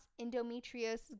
endometriosis